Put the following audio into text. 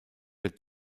der